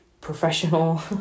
professional